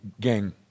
Gang